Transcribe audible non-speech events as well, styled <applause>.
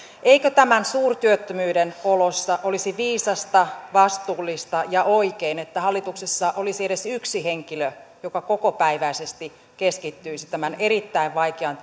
eikö tämän suurtyöttömyyden oloissa olisi viisasta vastuullista ja oikein että hallituksessa olisi edes yksi henkilö joka kokopäiväisesti keskittyisi tämän erittäin vaikean <unintelligible>